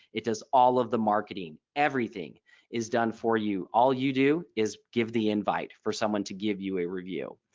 it does all of the marketing. everything is done for you. all you do is give the invite for someone to give you a review.